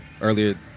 earlier